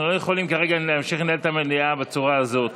אנחנו לא יכולים כרגע להמשיך לנהל את המליאה בצורה הזאת.